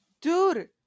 Dude